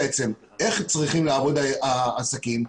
איך צריכים לעבוד העסקים,